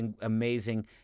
amazing